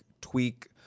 tweak